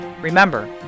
Remember